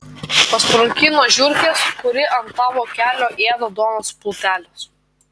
pasprunki nuo žiurkės kuri ant tavo kelio ėda duonos pluteles